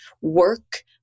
work